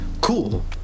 cool